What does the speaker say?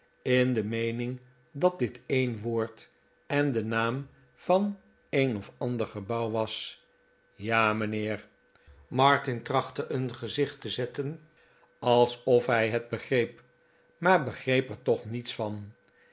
in de meening dat dit een woord en de naam van het een of andere gebouw was ja mijnheer martin trachtte een gezicht te zetten alsof hij het begreep maar begreep er toch niets van